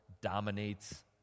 dominates